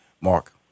Mark